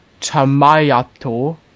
Tamayato